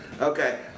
Okay